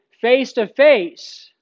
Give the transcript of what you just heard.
face-to-face